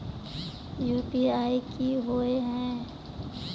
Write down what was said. UPI की होय है?